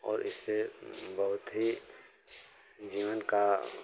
और इससे बहुत ही जीवन का